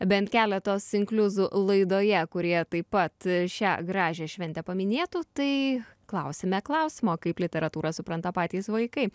bent keletos inkliuzų laidoje kurie taip pat šią gražią šventę paminėtų tai klausime klausimo kaip literatūrą supranta patys vaikai